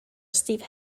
steve